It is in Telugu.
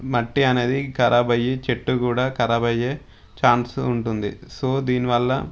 మట్టి అనేది కరాబ్ అయి చెట్టు కూడా కరాబ్ అయ్యే ఛాన్స్ ఉంటుంది సో దీనివల్ల